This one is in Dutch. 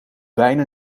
bijna